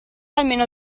almeno